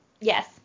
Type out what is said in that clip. yes